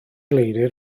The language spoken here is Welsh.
leidr